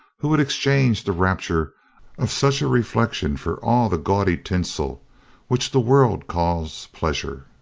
who would exchange the rapture of such a reflexion for all the gaudy tinsel which the world calls pleasure!